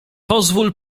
pozwól